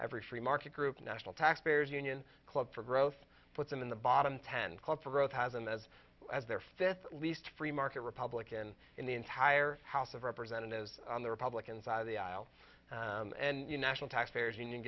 every free market group national taxpayers union club for growth put them in the bottom ten club for growth has been as well as their fifth least free market republican in the entire house of representatives on the republican side of the aisle and you national taxpayers union